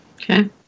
Okay